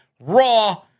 Raw